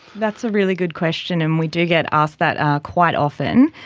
that's a really good question and we do get asked that quite often.